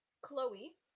Chloe